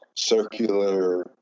Circular